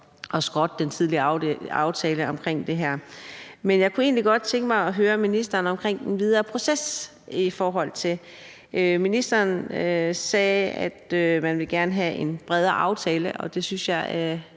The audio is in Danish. at skrotte den tidligere aftale om det her. Men jeg kunne egentlig godt tænke mig at høre ministeren om den videre proces. Ministeren sagde, at man gerne vil have en bredere aftale, og jeg synes, det er